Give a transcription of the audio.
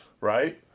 right